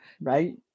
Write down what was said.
Right